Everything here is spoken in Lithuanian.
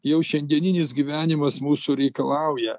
jau šiandieninis gyvenimas mūsų reikalauja